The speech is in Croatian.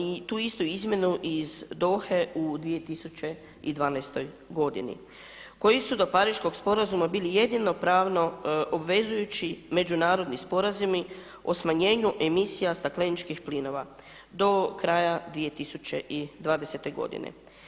I tu istu izmjenu iz Dohe u 2012. godini koji su do Pariškog sporazuma bili jedino pravno obvezujući međunarodni sporazumi o smanjenju emisija stakleničkih plinova do kraja 2020. godine.